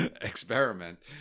experiment